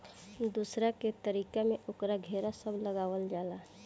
दोसरका तरीका में ओकर घेरा सब लगावल जाला